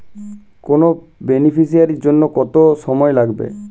নতুন বেনিফিসিয়ারি জন্য কত সময় লাগবে?